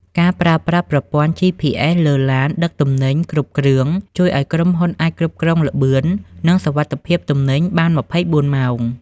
ការប្រើប្រាស់ប្រព័ន្ធ GPS លើឡានដឹកទំនិញគ្រប់គ្រឿង ជួយឱ្យក្រុមហ៊ុនអាចគ្រប់គ្រងល្បឿន និងសុវត្ថិភាពទំនិញបាន ២៤ ម៉ោង។